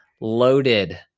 loaded